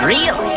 Real